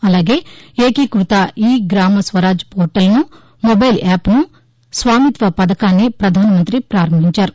అలాగే ఏకీకృత ఈ గ్రామ స్వరాజ్ పోర్టల్ను మొబైల్ యాప్ను స్వామిత్వ పథకాన్ని పధాన మంతి పారంభించారు